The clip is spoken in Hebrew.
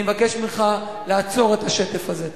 אני מבקש ממך לעצור את השטף הזה.